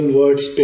words